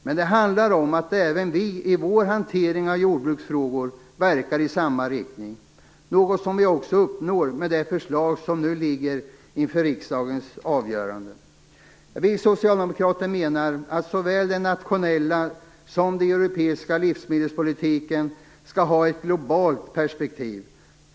Men det handlar om att även vi i riksdagen i vår hantering av jordbruksfrågor verkar i samma riktning, något som vi också uppnår med det förslag som nu ligger inför riksdagens avgörande. Vi socialdemokrater menar att såväl den nationella som den europeiska livsmedelspolitiken skall ha ett globalt perspektiv.